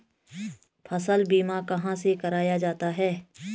फसल बीमा कहाँ से कराया जाता है?